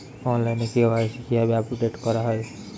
অনলাইনে কে.ওয়াই.সি কিভাবে আপডেট করা হয়?